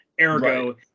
ergo